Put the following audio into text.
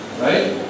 right